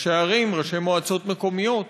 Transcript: ראשי ערים, ראשי מועצות מקומיות?